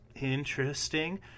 interesting